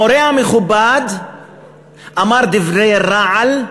המורה המכובד אמר דברי רעל,